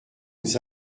aux